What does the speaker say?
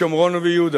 בשומרון וביהודה